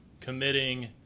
committing